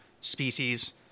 species